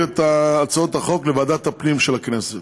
את הצעות החוק לוועדת הפנים של הכנסת.